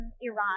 Iran